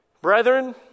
Brethren